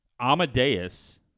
Amadeus